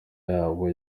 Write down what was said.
yabo